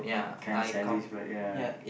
kind of selfish but ya